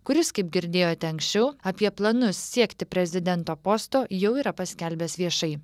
kuris kaip girdėjote anksčiau apie planus siekti prezidento posto jau yra paskelbęs viešai